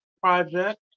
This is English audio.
project